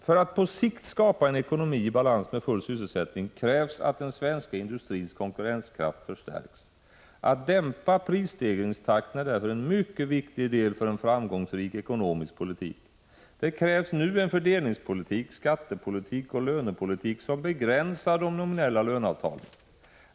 För att på sikt skapa en ekonomi i balans med full sysselsättning krävs att den svenska industrins konkurrenskraft förstärks. Att dämpa prisstegringstakten är därför en mycket viktig del för en framgångsrik ekonomisk politik. Det krävs nu en fördelningspolitik, skattepolitik och lönepolitik som begränsar de nominella löneavtalen.